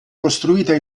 costruita